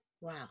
Wow